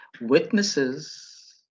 witnesses